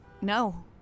No